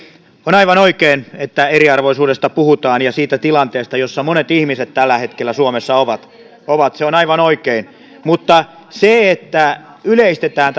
on aivan oikein että eriarvoisuudesta puhutaan ja siitä tilanteesta jossa monet ihmiset tällä hetkellä suomessa ovat ovat se on aivan oikein mutta se että yleistetään